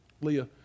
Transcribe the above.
Leah